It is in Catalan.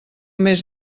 més